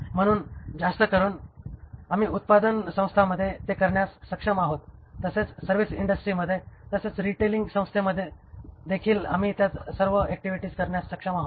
म्हणून जास्तकरून आम्ही उत्पादन संस्थांमध्ये ते करण्यास सक्षम आहोत तसेच सर्विस इंडस्ट्रीमध्ये तसेच रिटेलिंग संस्थेमध्येदेखील आम्ही त्या सर्व ऍक्टिव्हिटीज करण्यास सक्षम आहोत